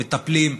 מטפלים,